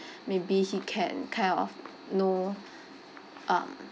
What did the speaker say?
maybe he can kind of know um